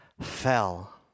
fell